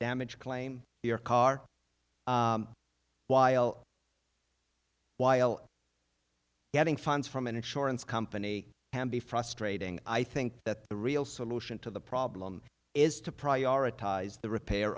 damage claim your car while while getting funds from an insurance company can be frustrating i think that the real solution to the problem is to prioritize the repair